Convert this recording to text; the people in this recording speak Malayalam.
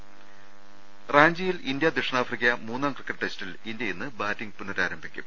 ദർവ്വെട്ടറ റാഞ്ചിയിൽ ഇന്തൃ ദക്ഷിണാഫ്രിക്ക മൂന്നാം ക്രിക്കറ്റ് ടെസ്റ്റിൽ ഇന്തൃ ഇന്ന് ബാറ്റിംഗ് പുനരാരംഭിക്കും